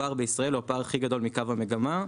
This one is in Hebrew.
הפער בישראל הוא הפער הכי גדול בקו המגמה,